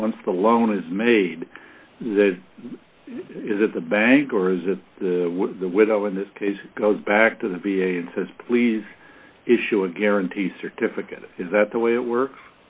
once the loan is made that is at the bank or is it the widow in this case goes back to the v a and says please issue a guarantee certificate is that the way it works